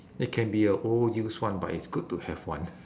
it can be a old used one but it's good to have one